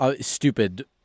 stupid